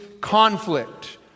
conflict